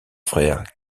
frère